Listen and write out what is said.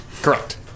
Correct